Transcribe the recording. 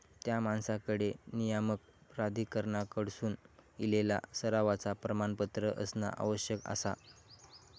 त्या माणसाकडे नियामक प्राधिकरणाकडसून इलेला सरावाचा प्रमाणपत्र असणा आवश्यक आसा